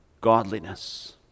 godliness